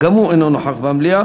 גם הוא אינו נוכח במליאה.